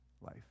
life